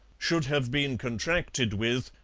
should have been contracted with,